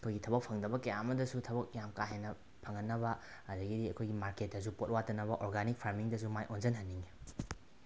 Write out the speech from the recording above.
ꯑꯩꯈꯣꯏꯒꯤ ꯊꯕꯛ ꯐꯪꯗꯕ ꯀꯌꯥ ꯑꯃꯗꯁꯨ ꯊꯕꯛ ꯌꯥꯝ ꯀꯥꯍꯦꯟꯅ ꯐꯪꯍꯟꯅꯕ ꯑꯗꯒꯤꯗꯤ ꯑꯩꯈꯣꯏ ꯃꯥꯔꯀꯦꯠꯇꯁꯨ ꯄꯣꯠ ꯋꯥꯠꯇꯅꯕ ꯑꯣꯔꯒꯥꯅꯤꯛ ꯐꯥꯔꯃꯤꯡꯗꯁꯨ ꯃꯥꯏ ꯑꯣꯟꯁꯤꯟꯍꯟꯅꯤꯡꯉꯤ